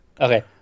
Okay